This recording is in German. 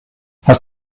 hast